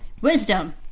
Wisdom